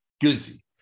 Goosey